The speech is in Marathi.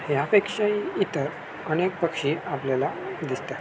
ह्यापेक्षाही इतर अनेक पक्षी आपल्याला दिसतात